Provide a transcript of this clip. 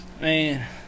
Man